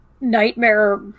nightmare